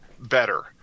better